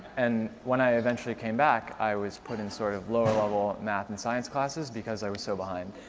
and when i eventually came back, i was put in sort of lower-level math and science classes because i was so behind.